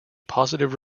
positive